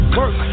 work